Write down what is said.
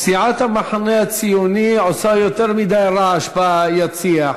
סיעת המחנה הציוני עושה יותר מדי רעש ביציע.